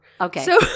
Okay